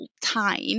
time